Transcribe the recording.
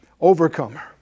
overcomer